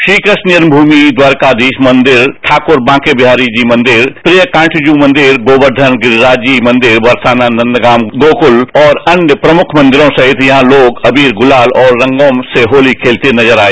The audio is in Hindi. श्री कृष्ण जन्मन्नि द्वारकार्यीस मंदिर ठाकुर बांकेबिहारीजी मंदिर प्रिय कांटजू मॉदेर गोर्व्यन गिरिराज जी मॉदेर बरसाना नंदगांव गोकुल और अन्य प्रमुख मॉदेरों सहित यहां तोग अबीर गुलाल और रंगों से होली खलते नजर आए